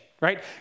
right